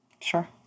Sure